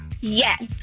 Yes